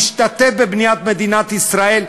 השתתף בבניית מדינת ישראל,